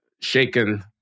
shaken